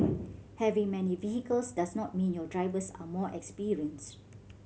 having many vehicles does not mean your drivers are more experienced